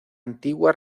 antigua